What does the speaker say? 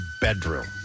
bedroom